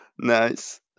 Nice